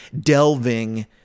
delving